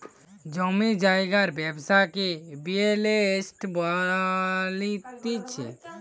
জমি জায়গার ব্যবসাকে রিয়েল এস্টেট বলতিছে